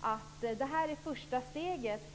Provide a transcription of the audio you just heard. att det här är första steget.